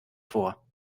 vor